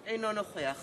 אינו נוכח